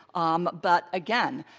um but again,